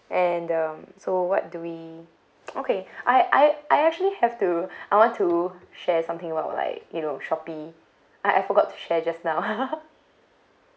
and um so what do we okay I I I actually have to I want to share something about like you know shopee I I forgot to share just now